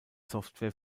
software